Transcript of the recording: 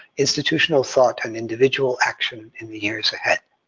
institutional thought and individual action in the years ahead.